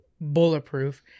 bulletproof